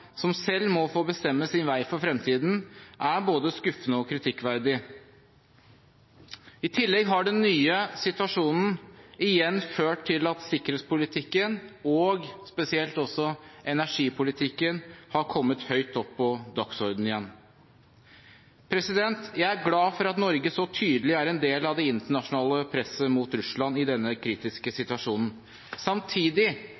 som selv må få bestemme sin vei for fremtiden – er både skuffende og kritikkverdig. I tillegg har den nye situasjonen igjen ført til at sikkerhetspolitikken og spesielt også energipolitikken har kommet høyt opp på dagsordenen igjen. Jeg er glad for at Norge så tydelig er en del av det internasjonale presset mot Russland i denne kritiske